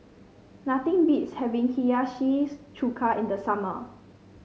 nothing beats having Hiyashi Chuka in the summer